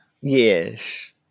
Yes